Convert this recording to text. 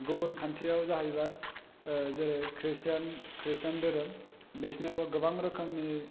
गुबुन खान्थियाव जाहैबाय ओह जेरै ख्रिस्टान ख्रिस्टान धोरोम बिसिनियावबो गोबां रोखोमनि